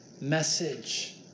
message